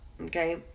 okay